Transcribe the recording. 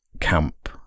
camp